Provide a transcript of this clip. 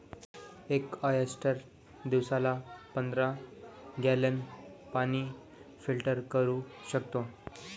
एक ऑयस्टर दिवसाला पंधरा गॅलन पाणी फिल्टर करू शकतो